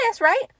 right